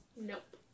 Nope